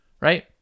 right